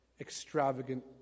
extravagant